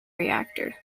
reactor